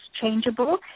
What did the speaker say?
changeable